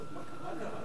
מה קרה?